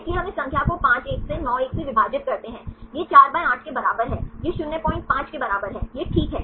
इसलिए हम इस संख्या को 5 1 से 9 1 से विभाजित करते हैं यह 48 के बराबर है यह 05 के बराबर है यह ठीक है